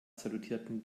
salutierten